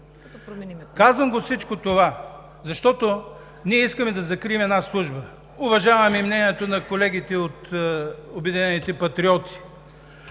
Казвам всичко това, защото искаме да закрием една служба. Уважавам мнението и на колегите от „Обединени патриоти“.